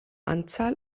anzahl